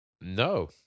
No